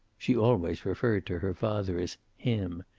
she always referred to her father as him.